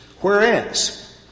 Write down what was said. Whereas